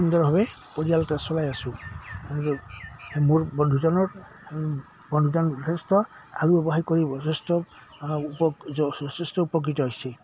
সুন্দৰভাৱে পৰিয়াল এটা চলাই আছোঁ মোৰ বন্ধুজনৰ বন্ধুজন যথেষ্ট আলু ব্যৱসায় কৰিব যথেষ্ট যথেষ্ট উপকৃত হৈছে